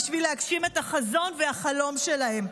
בשביל להגשים את החזון והחלום שלהם.